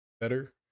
better